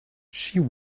she